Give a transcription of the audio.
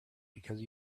because